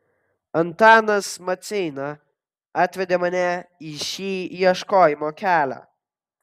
antanas maceina atvedė mane į šį ieškojimo kelią